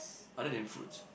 other than fruits